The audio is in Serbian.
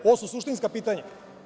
To su suštinska pitanja.